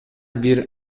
бир